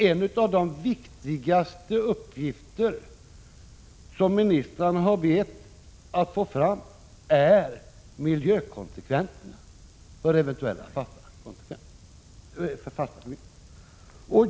En av de viktigaste uppgifterna som ministrarna bett att få fram är miljökonsekvenserna av eventuella fasta förbindelser.